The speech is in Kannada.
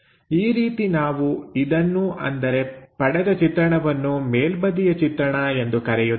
ಈ ರೀತಿ ನಾವು ಇದನ್ನು ಅಂದರೆ ಪಡೆದ ಚಿತ್ರಣವನ್ನು ಮೇಲ್ಬದಿಯ ಚಿತ್ರಣ ಎಂದು ಕರೆಯುತ್ತೇವೆ